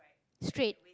straight